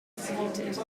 executed